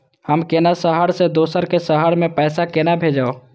हम केना शहर से दोसर के शहर मैं पैसा केना भेजव?